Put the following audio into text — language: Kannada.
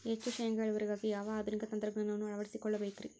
ಹೆಚ್ಚು ಶೇಂಗಾ ಇಳುವರಿಗಾಗಿ ಯಾವ ಆಧುನಿಕ ತಂತ್ರಜ್ಞಾನವನ್ನ ಅಳವಡಿಸಿಕೊಳ್ಳಬೇಕರೇ?